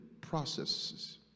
processes